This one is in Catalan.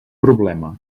problema